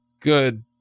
good